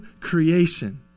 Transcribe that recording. creation